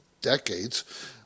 decades